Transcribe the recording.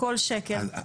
כל שקל.